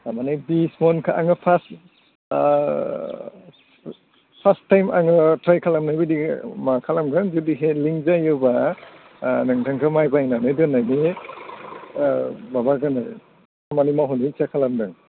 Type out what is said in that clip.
थारमानि बिस महनखो आङो फार्स्ट फार्स्ट टाइम आङो ट्राय खालामनाय बायदि माखालामगोन बिदि जायोब्ला नोंथांखौ माइ बायनानै दोननायनि माबा जानो खामानि मावहोनो इच्चा खालामदों